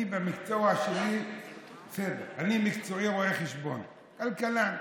אני במקצועי רואה חשבון, כלכלן,